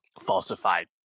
falsified